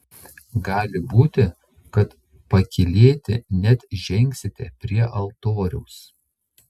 gali būti kad pakylėti net žengsite prie altoriaus